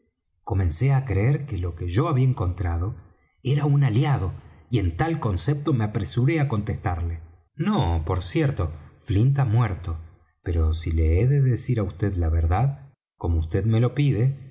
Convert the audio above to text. comencé á creer que lo que yo había encontrado era un aliado y en tal concepto me apresuré á contestarle no por cierto flint ha muerto pero si le he de decir á vd la verdad como vd me lo pide